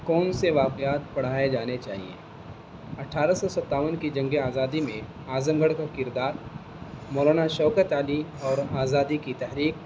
کون سے واقعات پڑھائے جانے چاہیے اٹھارہ سو ستاون کی جنگ آزادی میں اعظم گڑھ کا کردار مولانا شوکت علی اور آزادی کی تحریک